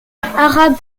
arabe